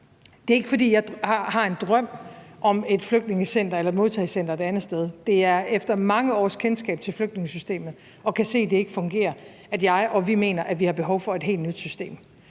Det er ikke, fordi jeg har en drøm om et flygtningecenter eller et modtagecenter et andet sted, det er efter mange års kendskab til flygtningesystemet, hvor jeg kan se det ikke fungerer, at jeg og vi mener, at vi har behov for et helt nyt system.